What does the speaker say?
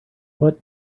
what